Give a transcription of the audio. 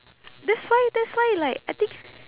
that's why that's why like I think